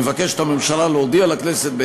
הממשלה מבקשת להודיע לכנסת,